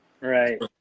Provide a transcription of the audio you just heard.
Right